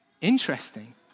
Interesting